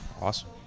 Awesome